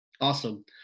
Awesome